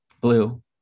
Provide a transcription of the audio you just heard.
Blue